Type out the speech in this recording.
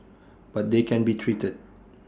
but they can be treated